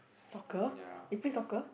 yeah